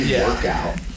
workout